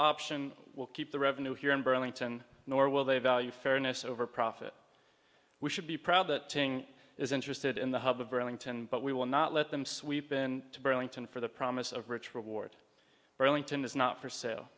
option will keep the revenue here in burlington nor will they value fairness over profit we should be proud that ting is interested in the hub of burlington but we will not let them sweep in burlington for the promise of rich reward burlington is not for sale